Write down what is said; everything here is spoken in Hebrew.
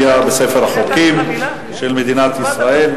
בקריאה שלישית ויופיע בספר החוקים של מדינת ישראל.